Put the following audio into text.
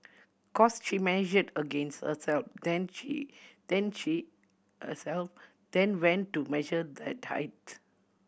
cos she measured against herself then then herself then went to measure that height